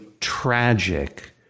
tragic